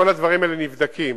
וכל הדברים האלה נבדקים.